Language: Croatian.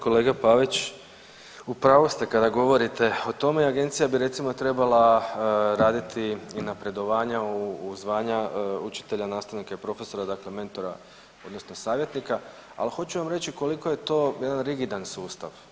Kolega Pavić u pravu ste kada govorite o tome, agencija bi recimo trebala raditi i napredovanja u zvanja učitelja, nastavnika i profesora dakle mentora odnosno savjetnika, ali hoću vam reći koliko je to jedan rigidan sustav.